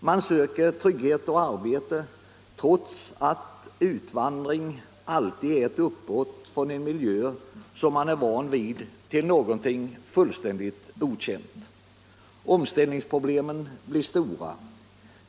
Människor söker trygghet och arbete, trots att utvandring alltid innebär ett uppbrott från den miljö man är van vid till någonting fullständigt okänt. Omställningsproblemen blir stora.